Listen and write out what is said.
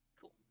Cool